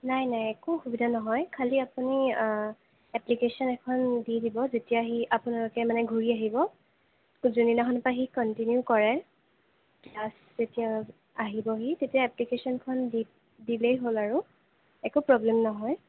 নাই নাই একো অসুবিধা নহয় খালি আপুনি এপ্লিকেচন এখন দি দিব যেতিয়া আহি আপোনালোকে মানে ঘূৰি আহিব যোনদিনাখন আহি কন্টিনিউ কৰে লাষ্ট যেতিয়া আহিবহি তেতিয়া এপ্লিকেচনখন দি দিলেই হ'ল আৰু একো প্ৰব্লেম নহয়